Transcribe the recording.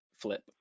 flip